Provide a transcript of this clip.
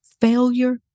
Failure